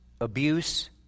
abuse